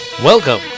Welcome